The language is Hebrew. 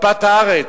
מפת הארץ.